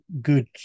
good